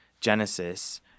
Genesis